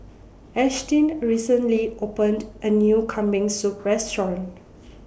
Ashtyn recently opened A New Kambing Soup Restaurant